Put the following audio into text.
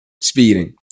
speeding